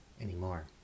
anymore